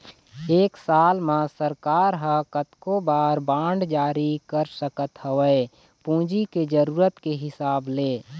एक साल म सरकार ह कतको बार बांड जारी कर सकत हवय पूंजी के जरुरत के हिसाब ले